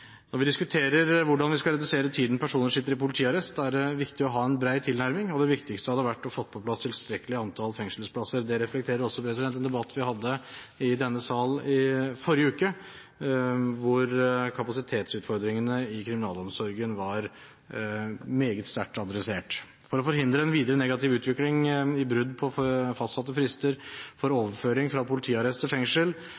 Når vi diskuterer hvordan vi skal redusere tiden personer sitter i politiarrest, er det viktig å ha en bred tilnærming. Det viktigste hadde vært å få på plass tilstrekkelig antall fengselsplasser. Det reflekterer også en debatt vi hadde i denne sal i forrige uke, hvor kapasitetsutfordringene i kriminalomsorgen var meget sterkt adressert. For å forhindre en videre negativ utvikling i brudd på fastsatte frister for